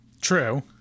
True